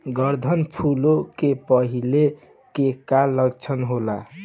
गर्दन फुले के पहिले के का लक्षण होला?